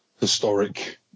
historic